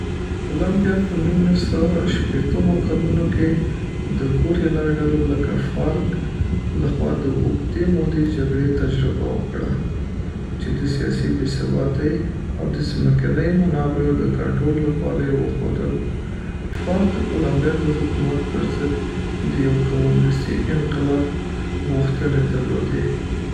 کولمبیا په نولس سوه شپېتمو کلونو کې د ګوریلا ډلو لکه فارک له خوا د اوږدې مودې جګړې تجربه وکړه، چې د سیاسي بی‌ثباتۍ او د ځمکني منابعو د کنټرول لپاره یې وښودل. فارک د کولمبیا د حکومت پر ضد د یو کمونیستي انقلاب غوښتنې درلودې،